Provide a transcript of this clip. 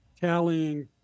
tallying